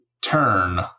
turn